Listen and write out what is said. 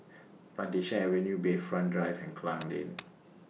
Plantation Avenue Bayfront Drive and Klang Lane